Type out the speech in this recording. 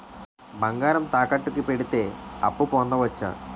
బంగారం తాకట్టు కి పెడితే అప్పు పొందవచ్చ?